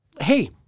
Hey